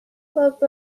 pulp